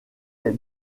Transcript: est